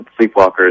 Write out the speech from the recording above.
sleepwalkers